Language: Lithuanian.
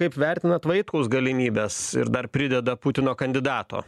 kaip vertinat vaitkaus galimybes ir dar prideda putino kandidato